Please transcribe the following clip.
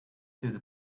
through